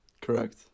Correct